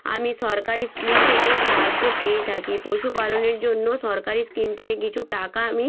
আমি সরকারী স্কিম থেকে সাহায্য পেয়ে থাকি পশুপালনের জন্য সরকারী স্কিম থেকে কিছু টাকা আমি